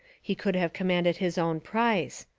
he could have commanded his own price.